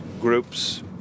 groups